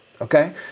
Okay